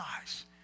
eyes